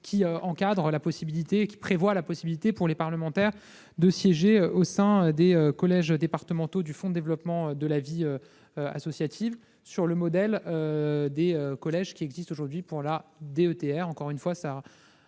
qui prévoit la possibilité pour les parlementaires de siéger au sein des collèges départementaux du Fonds de développement de la vie associative, sur le modèle des collèges existant aujourd'hui pour la DETR. La parole est à